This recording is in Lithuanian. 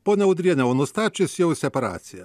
ponia udriene o nustačius jau separaciją